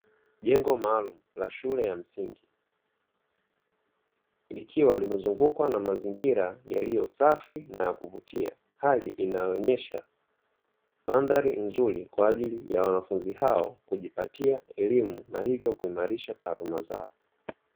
Jengo maalumu la shule ya msingi likiwa limezungukwa na mazingira yaliyo safi na ya kuvutia, hali inayoonyesha mandhari nzuri kwa ajili ya wanafunzi hao kujipatia elimu na hivyo kuimarisha taaluma zao.